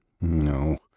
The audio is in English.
No